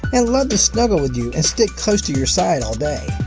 and love to snuggle with you and stick close to your side all day.